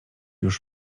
już